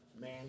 man